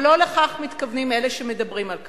אבל לא לכך מתכוונים אלה שמדברים על כך.